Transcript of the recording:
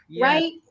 Right